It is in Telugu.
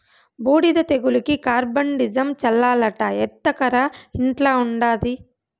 బూడిద తెగులుకి కార్బండిజమ్ చల్లాలట ఎత్తకరా ఇంట్ల ఉండాది